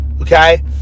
okay